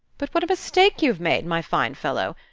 but what a mistake you have made, my fine fellow!